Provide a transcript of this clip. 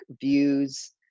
views